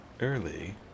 early